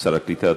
שר הקליטה.